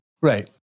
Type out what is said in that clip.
Right